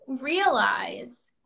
realize